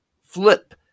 flip